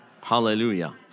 hallelujah